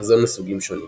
מזון מסוגים שונים.